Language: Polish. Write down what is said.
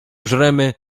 żremy